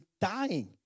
dying